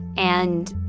and